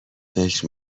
فکر